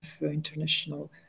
International